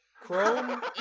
Chrome